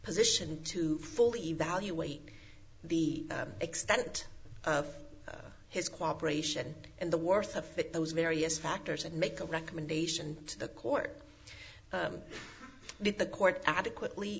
position to fully evaluate the extent of his cooperation and the worth of fit those various factors and make a recommendation to the court did the court adequately